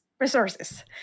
resources